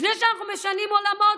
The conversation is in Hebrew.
לפני שאנחנו משנים עולמות,